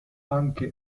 anche